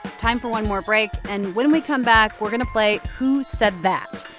time for one more break, and when we come back, we're going to play who said that.